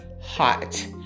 hot